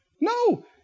No